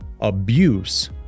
abuse